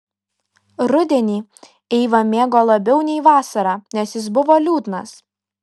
rudenį eiva mėgo labiau nei vasarą nes jis buvo liūdnas